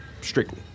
strictly